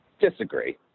disagree